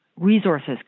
resources